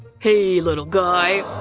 hey little guy!